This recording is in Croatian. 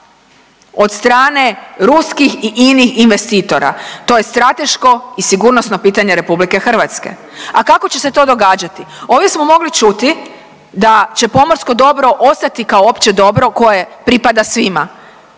od strane ruskih i inih investitora, to je strateško i sigurnosno pitanje RH. A kako će se to događati? Ovdje smo mogli čuti da će pomorsko dobro ostati kao opće dobro koje pripada svima